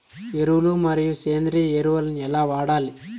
ఎరువులు మరియు సేంద్రియ ఎరువులని ఎలా వాడాలి?